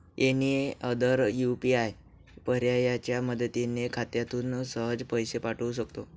any other UPI पर्यायाच्या मदतीने खात्यातून सहज पैसे पाठवू शकतो